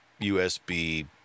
USB